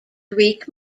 greek